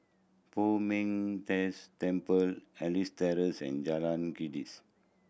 Poh Ming Tse Temple Elias Terrace and Jalan